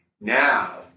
Now